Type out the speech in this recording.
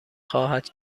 خواهد